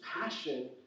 passion